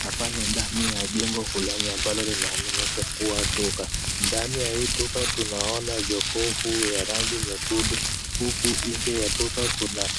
Hapa ni ndani ya jengo fulani ambalo linaaminika kuwa duka. Ndani ya hii duka tunaona yokofu ya rangi nyekundu ,huku nje ya duka kuna